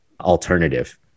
alternative